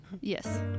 Yes